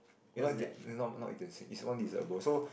ok not 一点心 is one dessert bowl so